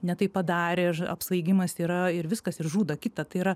ne taip padarė ir apsvaigimas yra ir viskas ir žudo kitą tai yra